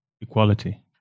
equality